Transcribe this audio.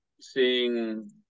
seeing